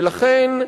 ולכן,